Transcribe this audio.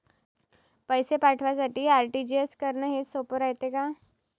पैसे पाठवासाठी आर.टी.जी.एस करन हेच सोप रायते का?